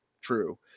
true